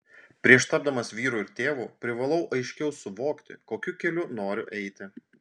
prieš tapdamas vyru ir tėvu privalau aiškiau suvokti kokiu keliu noriu eiti